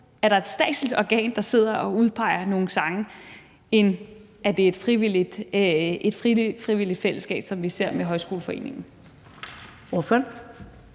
der er et statsligt organ, der sidder og udpeger nogle sange, end at det er et frivilligt fællesskab, som vi ser med Folkehøjskolernes Forening.